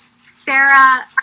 Sarah